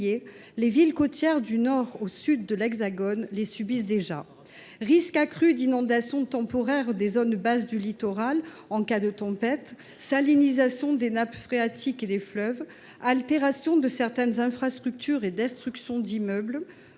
les villes côtières du nord au sud de l’Hexagone les subissent déjà. Risques accrus d’inondation temporaire des zones basses du littoral en cas de tempête, salinisation des nappes phréatiques et des fleuves, altération de certaines infrastructures et destruction d’immeubles,